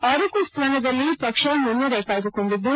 ಅರುಕು ಸ್ಥಾನದಲ್ಲಿ ಪಕ್ಷ ಮುನ್ನಡೆ ಕಾಯ್ದುಕೊಂಡಿದ್ದು